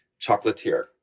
chocolatier